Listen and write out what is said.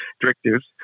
directives